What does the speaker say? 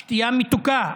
שתייה מתוקה,